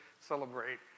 celebrate